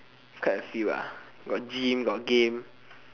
quite a feel ah got gym got game